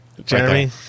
Jeremy